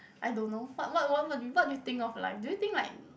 I don't know what what what what do you think of like do you think like